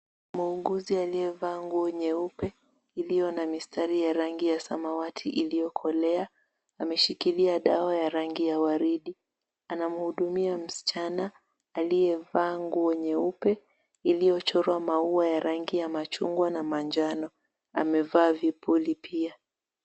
Muuguzi aliyevaa nguo nyeupe, iliy na mistari ya rangi ya samawati iliyokolea, ameshikilia dawa ya rangi ya waridi. Anamhudumia msichana, aliyevaa nguo nyeupe iliyochorwa maua ya rangi ya machungwa na manjano. Amevaa vipuli pia.